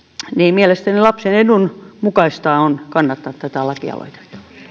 mielestäni lapsen edun mukaista on kannattaa tätä lakialoitetta